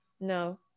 no